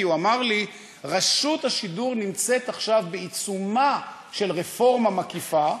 כי הוא אמר לי: רשות השידור נמצאת עכשיו בעיצומה של רפורמה מקיפה,